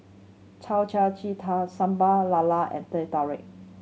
Yao Cai ji tang Sambal Lala and Teh Tarik